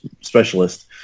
specialist